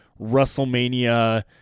WrestleMania